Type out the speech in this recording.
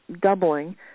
doubling